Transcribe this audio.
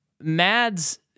Mads